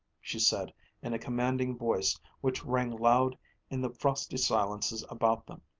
she said in a commanding voice which rang loud in the frosty silences about them.